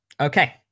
Okay